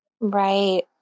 Right